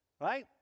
right